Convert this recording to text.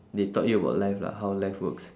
they taught you about life lah how life works